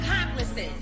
accomplices